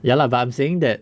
ya lah but I'm saying that